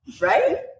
right